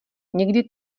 někdy